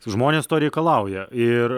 žmonės to reikalauja ir